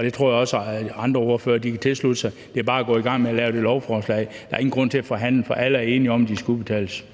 Det tror jeg også andre ordførere kan tilslutte sig, altså at det bare er med at gå i gang med at lave det lovforslag. Der er ingen grund til at forhandle, for alle er enige om, at pengene skal udbetales.